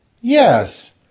yes